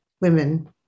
women